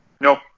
No